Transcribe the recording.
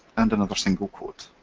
and another single quote.